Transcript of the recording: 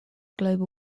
global